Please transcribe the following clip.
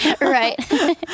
Right